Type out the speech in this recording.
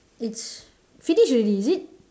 it's finish already is it